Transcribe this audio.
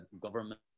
government